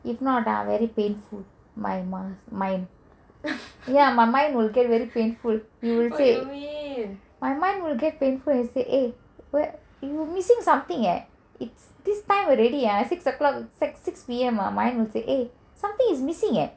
if not ah very painful my ya my mind will get very painful you will say my mine will get painful say eh you missing something eh it's this time already ah six O clock six P_M my mine will say eh something is missing eh